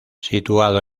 situado